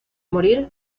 morir